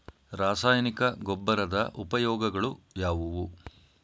ರಾಸಾಯನಿಕ ಗೊಬ್ಬರದ ಉಪಯೋಗಗಳು ಯಾವುವು?